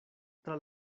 tra